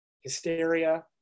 hysteria